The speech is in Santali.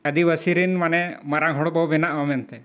ᱟᱹᱫᱤᱵᱟᱹᱥᱤ ᱨᱮᱱ ᱢᱟᱱᱮ ᱢᱟᱨᱟᱝ ᱦᱚᱲ ᱵᱚᱱ ᱵᱮᱱᱟᱜᱼᱟ ᱢᱮᱱᱛᱮ